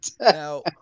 Now